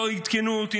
"לא עדכנו אותי",